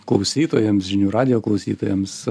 klausytojams žinių radijo klausytojams